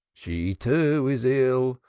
she, too, is ill.